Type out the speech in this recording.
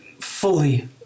fully